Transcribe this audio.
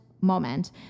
moment